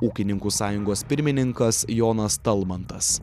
ūkininkų sąjungos pirmininkas jonas talmantas